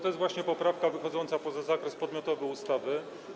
To jest właśnie poprawka wychodząca poza zakres podmiotowy ustawy.